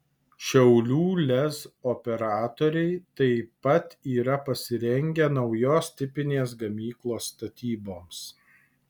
šiaulių lez operatoriai taip pat yra pasirengę naujos tipinės gamyklos statyboms